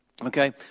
Okay